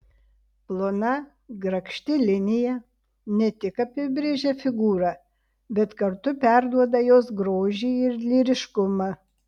plona grakšti linija ne tik apibrėžia figūrą bet kartu perduoda jos grožį ir lyriškumą